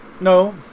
No